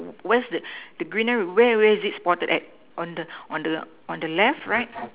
where's the the greenery where where is it spotted at on the on the on the left right